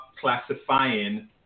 classifying